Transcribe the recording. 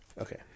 Okay